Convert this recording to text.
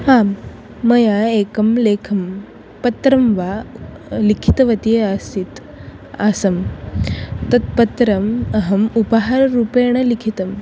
आं मया एकं लेखं पत्रं वा लिखितवती आसम् आसं तत् पत्रम् अहम् उपहाररूपेण लिखितवती